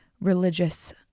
religious